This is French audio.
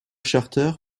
charter